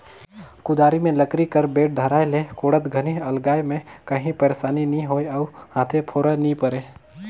कुदारी मे लकरी कर बेठ धराए ले कोड़त घनी अलगाए मे काही पइरसानी नी होए अउ हाथे फोरा नी परे